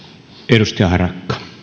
arvoisa